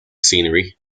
scenery